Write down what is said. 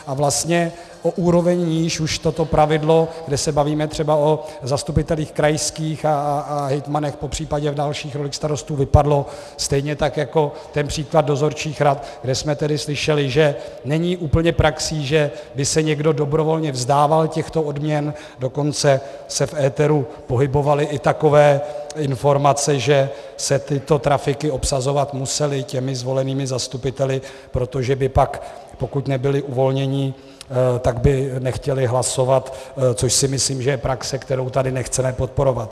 A vlastně o úroveň níž už toto pravidlo, kde se bavíme třeba o zastupitelích krajských a hejtmanech, popřípadě v dalších rolích starostů, vypadlo stejně jako ten případ dozorčích rad, kde jsme slyšeli, že není úplně praxí, že by se někdo dobrovolně vzdával těchto odměn, dokonce se v éteru pohybovaly i takové informace, že se tyto trafiky obsazovat musely těmi zvolenými zastupiteli, protože by pak, pokud nebyli uvolněni, nechtěli hlasovat, což si myslím, že je praxe, kterou tady nechceme podporovat.